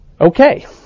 Okay